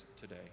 today